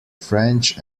french